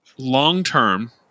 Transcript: long-term